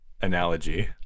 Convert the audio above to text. analogy